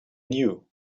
knew